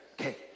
Okay